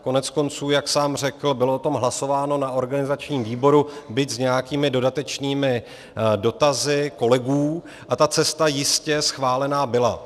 Koneckonců jak sám řekl, bylo o tom hlasováno na organizačním výboru, byť s nějakými dodatečným dotazy kolegů, a ta cesta jistě schválena byla.